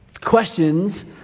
Questions